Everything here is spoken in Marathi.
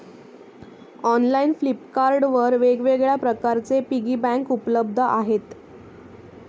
ऑनलाइन फ्लिपकार्ट वर वेगवेगळ्या प्रकारचे पिगी बँक उपलब्ध आहेत